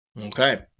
Okay